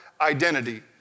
identity